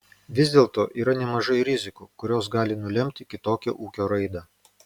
vis dėlto yra nemažai rizikų kurios gali nulemti kitokią ūkio raidą